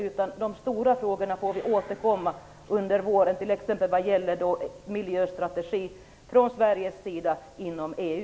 Vi får under våren återkomma till de stora frågorna, t.ex. frågan om miljöstrategi från Sveriges sida inom EU.